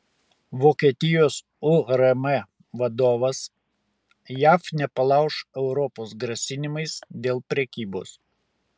vokietijos urm vadovas jav nepalauš europos grasinimais dėl prekybos